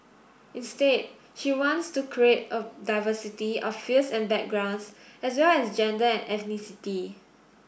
instead she wants to create a diversity of fields and backgrounds as well as gender and ethnicity